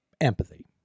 empathy